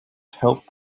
help